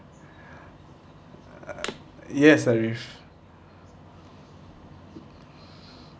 uh yes arif